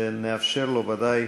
ונאפשר לו ודאי